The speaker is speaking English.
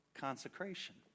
consecration